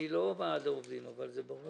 אני לא ועד העובדים, אבל זה ברור.